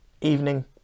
evening